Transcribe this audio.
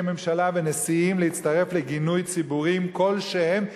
ממשלה ונשיאים להצטרף לגינויים ציבוריים כלשהם,